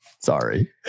Sorry